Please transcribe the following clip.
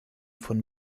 von